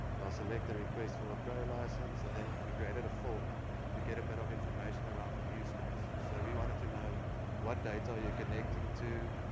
they'll select a request for a pro licenses and we created a form to get a bit of information around the use case, so we wanted to know what data are you connecting to,